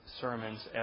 sermons